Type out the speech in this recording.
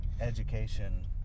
education